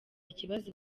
ikibazo